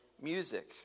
music